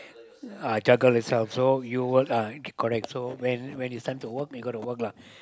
uh juggle itself so you will uh correct so when when it's time to work you go to work lah